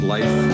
Life